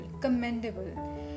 commendable